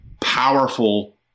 powerful